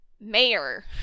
mayor